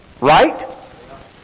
Right